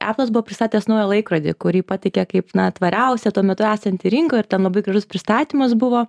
apple buvo pristatęs naują laikrodį kurį pateikė kaip na tvariausią tuo metu esantį rinkoje ir ten labai gražus pristatymas buvo